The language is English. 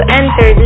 enter